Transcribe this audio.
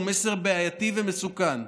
הוא מסר בעייתי ומסוכן.